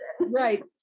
Right